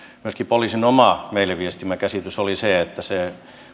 myöskin poliisin oma meille viestimä käsitys oli se että se